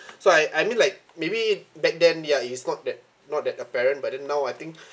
so I I mean like maybe back then ya it's not that not that apparent but now I think